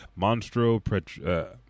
Monstro